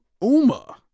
Uma